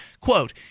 quote